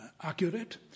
accurate